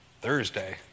Thursday